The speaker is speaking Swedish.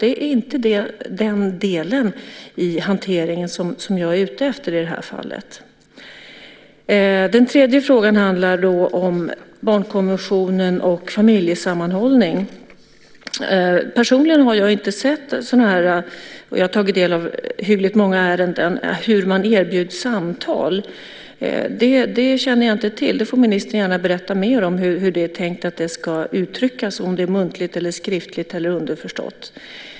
Det är inte den delen i hanteringen som jag är ute efter i det här fallet. Den tredje frågan handlar om barnkonventionen och familjesammanhållning. Personligen har jag inte sett hur man erbjuds samtal, och jag har tagit del av hyggligt många ärenden. Det känner jag inte till. Ministern får gärna berätta mer om hur det är tänkt att det ska uttryckas, om det är muntligt, skriftligt eller underförstått.